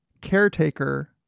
Caretaker